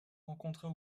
rencontrés